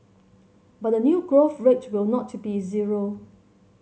but the new growth rate will not be zero